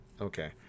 okay